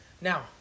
Now